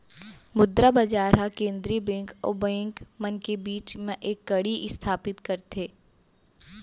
मुद्रा बजार ह केंद्रीय बेंक अउ बेंक मन के बीच म एक कड़ी इस्थापित करथे